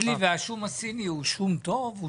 השום הסיני הוא שום טוב?